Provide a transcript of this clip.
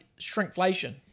shrinkflation